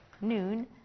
noon